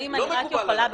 לא מקובל עלי.